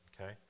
Okay